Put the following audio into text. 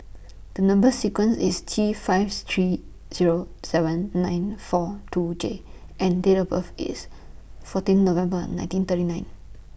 The Number sequence IS T five three Zero seven nine four two J and Date of birth IS fourteen November nineteen thirty nine